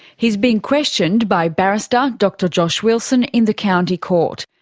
he's being questioned by barrister, dr josh wilson in the county court.